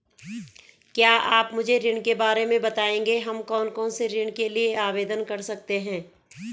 क्या आप मुझे ऋण के बारे में बताएँगे हम कौन कौनसे ऋण के लिए आवेदन कर सकते हैं?